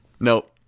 Nope